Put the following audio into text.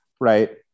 right